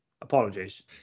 Apologies